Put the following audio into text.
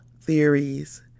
theories